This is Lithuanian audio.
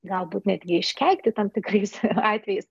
galbūt netgi iškeikti tam tikrais atvejais